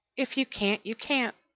if you can't, you can't.